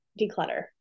declutter